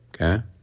Okay